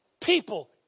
people